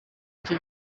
iki